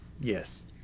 Yes